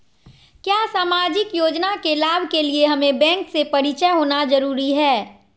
क्या सामाजिक योजना के लाभ के लिए हमें बैंक से परिचय होना जरूरी है?